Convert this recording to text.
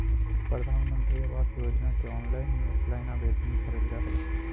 प्रधानमंत्री आवास योजना के ऑनलाइन या ऑफलाइन आवेदन भरल जा हइ